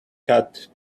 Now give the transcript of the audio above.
cat